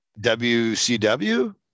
WCW